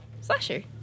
Slasher